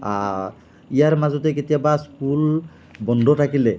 ইয়াৰ মাজতে কেতিয়াবা স্কুল বন্ধ থাকিলে